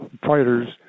fighters